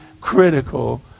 critical